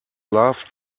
love